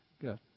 good